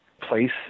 place